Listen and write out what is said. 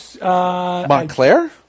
Montclair